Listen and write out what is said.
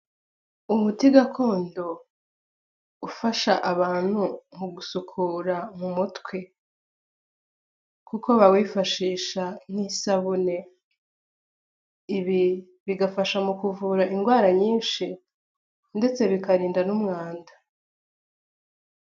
Umuti gakondo ufasha abantu mu gusukura mu mutwe kuko bawifashisha nk'isabune, ibi bigafasha mu kuvura indwara nyinshi ndetse bikarinda n'umwanda.